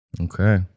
Okay